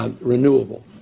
renewable